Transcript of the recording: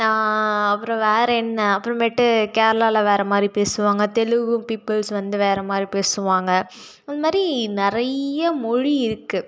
அப்புறம் வேறே என்ன அப்புறமேட்டு கேரளாவில் வேறே மாதிரி பேசுவாங்க தெலுங்கு பீப்பிள்ஸ் வந்து வேறே மாதிரி பேசுவாங்க அந்த மாதிரி நிறைய மொழி இருக்குது